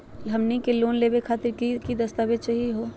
हमनी के लोन लेवे खातीर की की दस्तावेज चाहीयो हो?